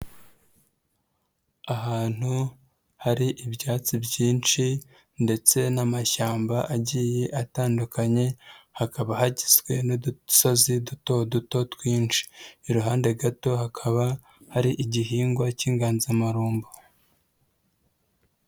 Ahantu hari ibyatsi byinshi ndetse n'amashyamba agiye atandukanye, hakaba hagizwe n'udusozi duto duto twinshi. Iruhande gato hakaba hari igihingwa cy'inganzamarumbu.